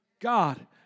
God